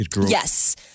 Yes